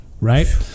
right